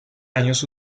años